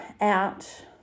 out